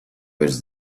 was